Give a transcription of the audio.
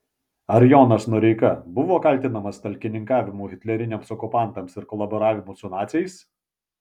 ar jonas noreika buvo kaltinamas talkininkavimu hitleriniams okupantams ir kolaboravimu su naciais